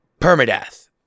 permadeath